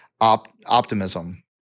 optimism